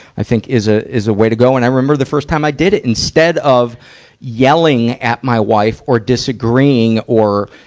i think, is a, is a way to go. and i remember the first time i did it, instead of yelling at my wife or disagreeing or,